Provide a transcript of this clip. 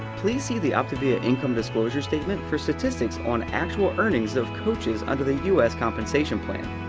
please see the optavia income disclosure statement for statistics on actual earnings of coaches under the u s. compensation plan,